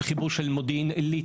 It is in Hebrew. של חיבור של מודיעין עילית,